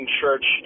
church